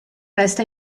resta